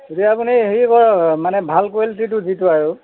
এতিয়া আপুনি হেৰি কৰক মানে ভাল কোৱালিটিৰটো যিটো আৰু